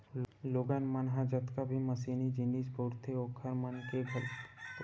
लोगन मन ह जतका भी मसीनरी जिनिस बउरथे ओखर मन के घलोक आधा ले जादा मनके बीमा होय बर धर ने हवय आजकल